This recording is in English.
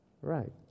Right